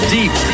Deep